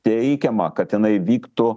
teikiama kad jinai vyktų